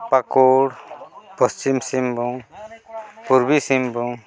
Pakur Paschim Singhbhum Purbi Singhbhum